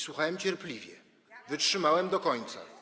Słuchałem cierpliwie i wytrzymałem do końca.